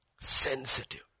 Sensitive